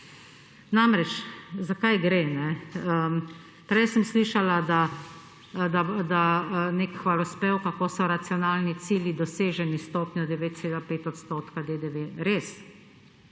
Namreč za kaj gre. Prej sem slišala, da nek hvalospev kako so racionalni cilji doseženi s stopnjo 9,5 % DDV. Res?